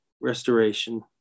restoration